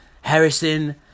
Harrison